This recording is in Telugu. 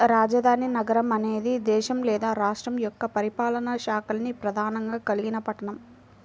రాజధాని నగరం అనేది దేశం లేదా రాష్ట్రం యొక్క పరిపాలనా శాఖల్ని ప్రధానంగా కలిగిన పట్టణం